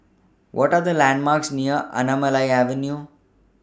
What Are The landmarks near Anamalai Avenue